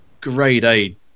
grade-A